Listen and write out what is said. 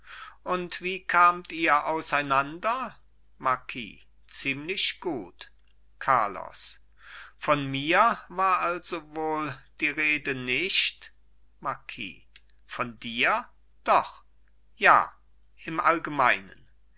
und wie kamt ihr auseinander marquis ziemlich gut carlos von mir war also wohl die rede nicht marquis von dir doch ja im allgemeinen